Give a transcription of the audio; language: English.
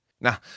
Now